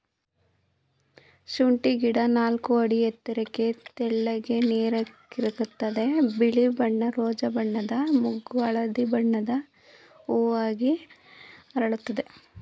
ಶುಂಠಿ ಗಿಡ ನಾಲ್ಕು ಅಡಿ ಎತ್ತರಕ್ಕೆ ತೆಳ್ಳಗೆ ನೇರಕ್ಕಿರ್ತದೆ ಬಿಳಿ ಮತ್ತು ರೋಜಾ ಬಣ್ಣದ ಮೊಗ್ಗು ಹಳದಿ ಬಣ್ಣದ ಹೂವಾಗಿ ಅರಳುತ್ತದೆ